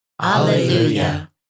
Hallelujah